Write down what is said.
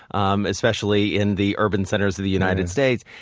um especially in the urban centers of the united states.